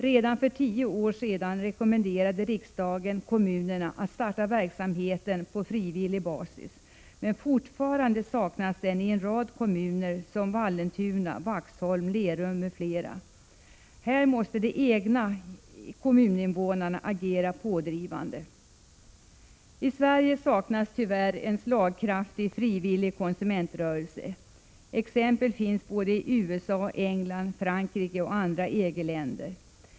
Redan för tio år sedan rekommenderade riksdagen kommunerna att starta sådan verksamhet på frivillig basis, men fortfarande saknas den i en rad kommuner som Vallentuna, Vaxholm och Lerum. Här måste kommuninvånarna vara pådrivande. I Sverige saknas tyvärr en slagkraftig frivillig konsumentrörelse. Exempel på sådana finns både i USA, England, Frankrike och i andra EG-länder.